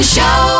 Show